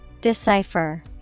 Decipher